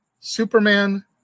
Superman